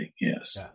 yes